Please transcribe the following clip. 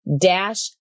dash